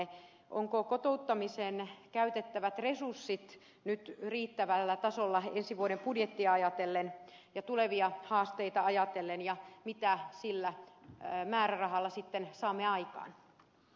ovatko kotouttamiseen käytettävät resurssit nyt riittävällä tasolla ensi vuoden budjettia ajatellen ja tulevia haasteita ajatellen ja mitä sillä määrärahalla saamme aikaan